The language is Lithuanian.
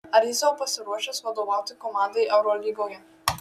ar jis jau pasiruošęs vadovauti komandai eurolygoje